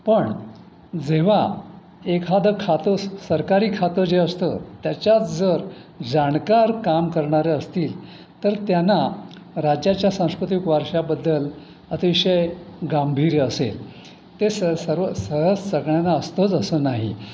पण जेव्हा एखादं खातं सरकारी खातं जे असतं त्याच्यात जर जाणकार काम करणारे असतील तर त्यांना राज्याच्या सांस्कृतिक वारशाबद्दल अतिशय गांभीर्य असेल ते स सर्व सहज सगळ्यांना असतोच असं नाही